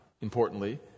importantly